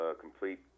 complete